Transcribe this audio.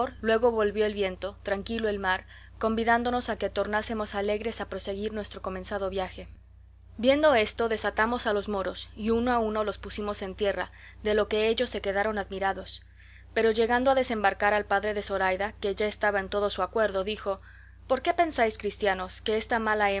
luego volvió el viento tranquilo el mar convidándonos a que tornásemos alegres a proseguir nuestro comenzado viaje viendo esto desatamos a los moros y uno a uno los pusimos en tierra de lo que ellos se quedaron admirados pero llegando a desembarcar al padre de zoraida que ya estaba en todo su acuerdo dijo por qué pensáis cristianos que esta mala